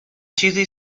چیزی